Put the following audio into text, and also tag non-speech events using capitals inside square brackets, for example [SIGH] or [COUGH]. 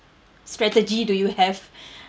strategy do you have [BREATH]